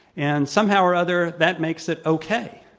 and somehow or other, that makes it okay.